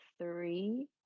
three